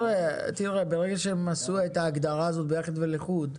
ברגע שהם עשו את ההגדרה הזאת של ביחד ולחוד,